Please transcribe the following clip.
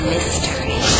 Mystery